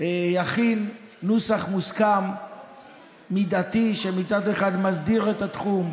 יכין נוסח מוסכם ומידתי, שמצד אחד מסדיר את התחום,